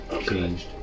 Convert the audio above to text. Changed